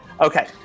Okay